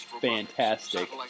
fantastic